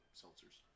seltzers